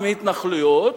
עם התנחלויות,